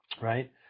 right